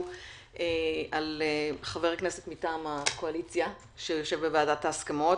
על חבר הכנסת מטעם הקואליציה שיושב בוועדת ההסכמות.